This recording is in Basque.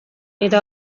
eta